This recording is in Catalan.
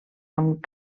amb